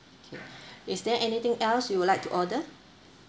okay is there anything else you would like to order